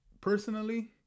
personally